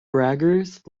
braggers